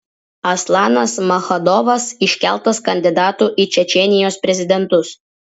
aslanas maschadovas iškeltas kandidatu į čečėnijos prezidentus